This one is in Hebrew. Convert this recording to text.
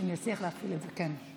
גם אני אאחל לך מכאן בהצלחה.